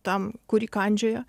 tam kurį kandžioja